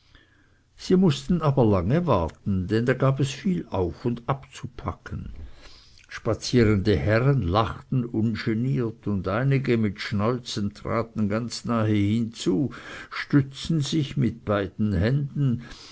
sie mußten aber lange warten denn da gab es viel auf und abzupacken spazierende herren lachten ungeniert und einige mit schnäuzen traten ganz nahe hinzu stützten sich mit beiden händen